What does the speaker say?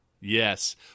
Yes